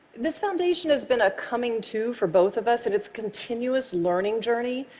this foundation has been a coming to for both of us in its continuous learning journey,